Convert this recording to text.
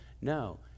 No